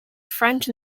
french